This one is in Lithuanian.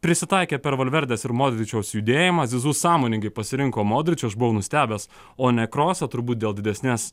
prisitaikė per valverdės ir modvičiaus judėjimą zizu sąmoningai pasirinko modulį čia aš buvau nustebęs o ne krosą turbūt dėl didesnės